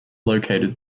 located